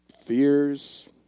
fears